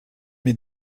mes